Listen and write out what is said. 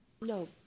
No